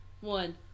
one